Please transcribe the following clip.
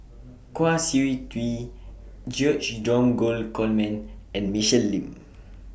Kwa Siew Tee George Dromgold Coleman and Michelle Lim